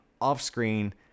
off-screen